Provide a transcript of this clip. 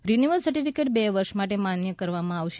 renewal certificate બે વર્ષ માટે માન્ય રાખવામાં આવશે